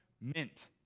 mint